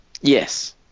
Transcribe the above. Yes